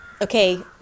okay